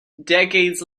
decades